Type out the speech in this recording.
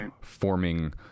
forming